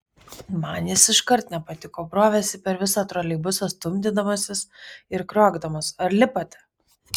man jis iškart nepatiko brovėsi per visą troleibusą stumdydamasis ir kriokdamas ar lipate